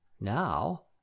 Now